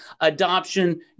adoption